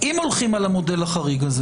אם הולכים על המודל החריג הזה